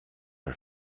her